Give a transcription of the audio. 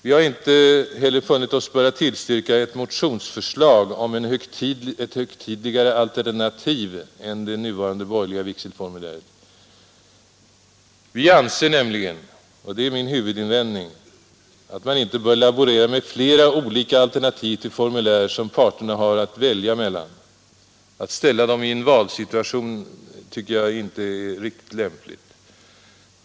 Vi har inte heller funnit oss böra tillstyrka ett motionsförslag om ett högtidligare alternativ än det nuvarande borgerliga vigselformuläret. Vi anser nämligen — och det är min huvudinvändning — att man inte bör laborera med flera olika formulär som parterna har att välja mellan. Att ställa dem i en valsituation av denna typ inför vigseln tycker jag inte är riktigt lämpligt.